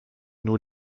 nur